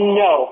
no